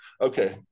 Okay